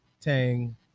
tang